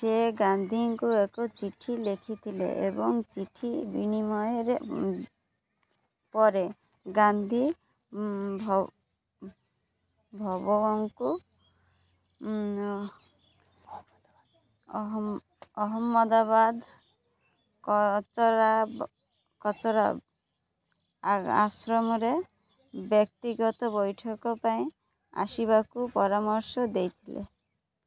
ସେ ଗାନ୍ଧୀଙ୍କୁ ଏକ ଚିଠି ଲେଖିଥିଲେ ଏବଂ ଚିଠି ବିନିମୟରେ ପରେ ଗାନ୍ଧୀ ଭବଙ୍କୁ ଅହମ୍ମଦାବାଦ କୋଚରାବ ଆଶ୍ରମରେ ବ୍ୟକ୍ତିଗତ ବୈଠକ ପାଇଁ ଆସିବାକୁ ପରାମର୍ଶ ଦେଇଥିଲେ